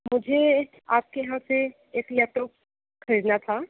मुझे आपके यहाँ से एक लैपटॉप खरीदना था